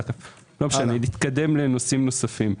נתקדם לנושאים נוספים.